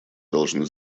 должны